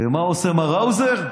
ומה עושה מר האוזר?